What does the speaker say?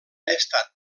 estat